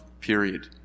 period